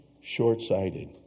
short-sighted